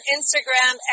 Instagram